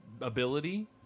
ability